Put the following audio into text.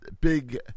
big